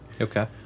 Okay